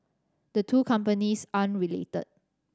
the two companies aren't related